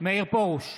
מאיר פרוש,